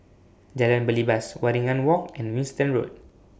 Jalan Belibas Waringin Walk and Winstedt Road